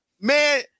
Man